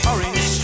Orange